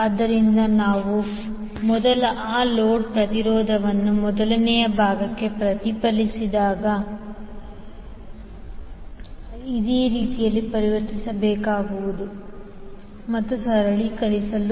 ಆದ್ದರಿಂದ ನಾವು ಮೊದಲು ಆ ಲೋಡ್ ಪ್ರತಿರೋಧವನ್ನು ಮೊದಲನೆಯ ಭಾಗಕ್ಕೆ ಪ್ರತಿಫಲಿಸುವ ರೀತಿಯಲ್ಲಿ ಪರಿವರ್ತಿಸಬೇಕಾಗಿರುವುದನ್ನು ಸರಳೀಕರಿಸಲು